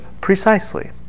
precisely